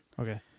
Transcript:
Okay